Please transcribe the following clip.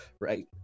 right